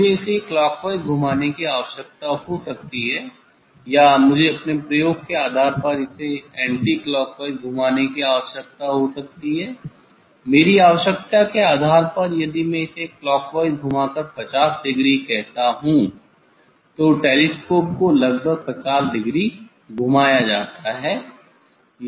मुझे इसे क्लॉकवाइज घुमाने की आवश्यकता हो सकती है या मुझे अपने प्रयोग के आधार पर इसे एंटीक्लॉकवाइज घुमाने की आवश्यकता हो सकती है मेरी आवश्यकता के आधार पर यदि मैं इसे क्लॉकवाइज घुमाकर 50 डिग्री कहता हूं तो टेलीस्कोप को लगभग 50 डिग्री घुमाया जाता है